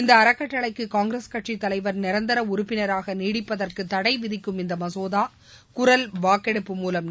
இந்த அறக்கட்டளைக்கு காங்கிரஸ் கட்சித் தலைவர் நிரந்தர உறுப்பினராக நீடிப்பதற்கு தடை விதிக்கும் இந்த மசோதா குரல் வாக்கெடுப்பு மூலம் நிறைவேறியது